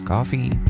Coffee